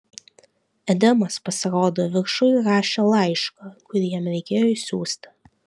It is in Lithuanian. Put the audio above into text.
edemas pasirodo viršuj rašė laišką kurį jam reikėjo išsiųsti